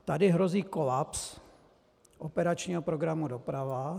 Tady hrozí kolaps operačního programu Doprava.